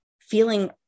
feeling